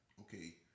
okay